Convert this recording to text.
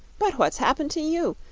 but what's happened to you?